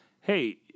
hey